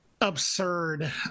absurd